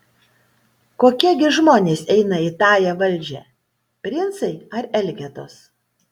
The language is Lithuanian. kokie gi žmonės eina į tąją valdžią princai ar elgetos